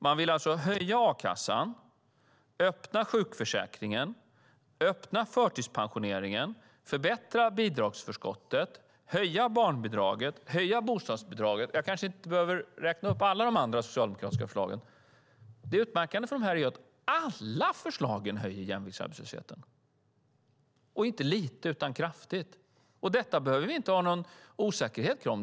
Man vill höja a-kassan, öppna sjukförsäkringen, öppna förtidspensioneringen, förbättra bidragsförskottet, höja barnbidraget, höja bostadsbidraget - jag kanske inte behöver räkna upp alla de andra socialdemokratiska förslagen. Det utmärkande för de förslagen är att alla höjer jämviktsarbetslösheten - inte litet utan kraftigt. Detta behöver det inte råda någon osäkerhet kring.